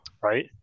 right